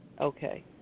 Okay